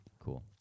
Cool